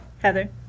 Heather